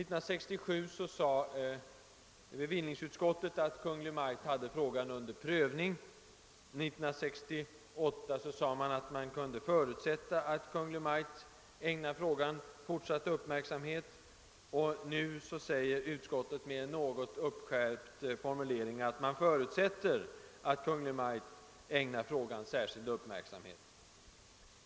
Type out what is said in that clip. Kungl. Maj:t hade frågan under prövning och 1968 sade man att man kunde förutsätta att Kungl. Maj:t ägnar frågan fortsatt uppmärksamhet. Nu säger utskottet med en något skärpt formulering att man förutsätter att Kungl. Maj:t ägnar frågan särskild uppmärksamhet.